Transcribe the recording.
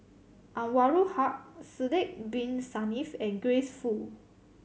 Anwarul Haque Sidek Bin Saniff and Grace Fu